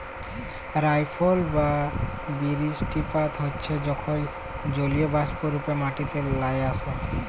রাইলফল বা বিরিস্টিপাত হচ্যে যখল জলীয়বাষ্প রূপে মাটিতে লামে আসে